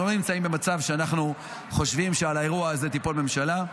אנחנו לא נמצאים במצב שאנחנו חושבים שעל האירוע הזה תיפול ממשלה.